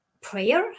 prayer